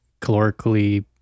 calorically